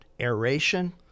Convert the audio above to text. Aeration